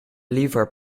liever